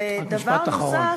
ודבר נוסף,